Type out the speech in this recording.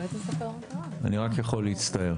אני רק יכול להצטער.